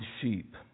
sheep